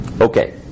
Okay